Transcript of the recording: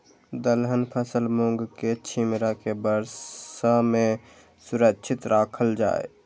दलहन फसल मूँग के छिमरा के वर्षा में सुरक्षित राखल जाय?